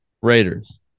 Raiders